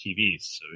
TVs